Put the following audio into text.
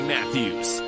Matthews